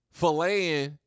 filleting